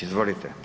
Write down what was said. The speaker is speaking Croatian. Izvolite.